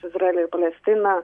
izraeliu ir palestina